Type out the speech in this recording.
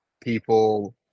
people